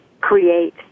create